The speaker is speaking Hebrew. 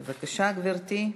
בבקשה, גברתי.